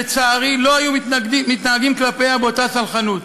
לצערי לא היו מתנהגים כלפיו באותה סלחנות.